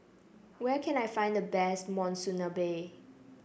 where can I find the best Monsunabe